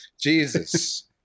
Jesus